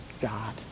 God